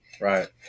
Right